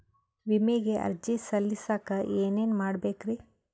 ವಿಮೆಗೆ ಅರ್ಜಿ ಸಲ್ಲಿಸಕ ಏನೇನ್ ಮಾಡ್ಬೇಕ್ರಿ?